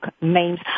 names